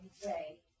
say